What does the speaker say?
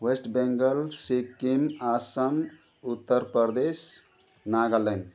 West Bengal Sikkim Assam Uttar Pradesh Nagaland